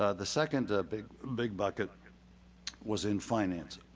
ah the second ah big big bucket was in finance.